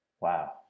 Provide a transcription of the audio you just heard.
wow